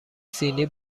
سینی